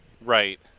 Right